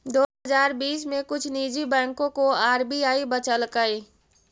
दो हजार बीस में कुछ निजी बैंकों को आर.बी.आई बचलकइ